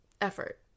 effort